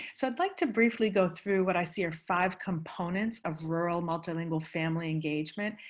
so i'd like to briefly go through what i see are five components of rural multilingual family engagement,